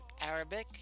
Arabic